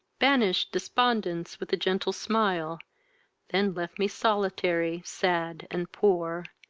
banish'd despondence with a gentle smile then left me solitary, sad, and poor.